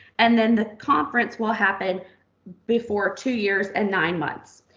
and then the conference will happen before two years and nine months.